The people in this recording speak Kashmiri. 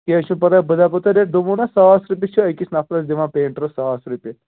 کیٚنٛہہ چھُنہٕ پَرواے بہٕ دَپو تۄہہِ ریٹ دوٚپمو نہ ساس رۄپیہِ چھِ أکِس نَفرَس دِوان پینٛٹَر ساس رۄپیہِ